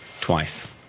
twice